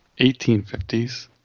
1850s